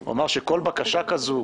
הוא אמר שכל בקשה כזו,